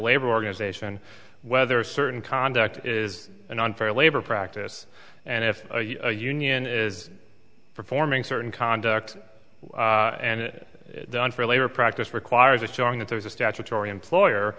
labor organization whether certain conduct is an unfair labor practice and if a union is performing certain conduct and done for labor practice requires a showing that there is a statutory employer